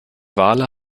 wale